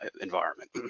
environment